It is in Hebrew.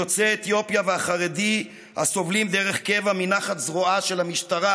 יוצא אתיופיה והחרדי הסובלים דרך קבע מנחת זרועה של המשטרה,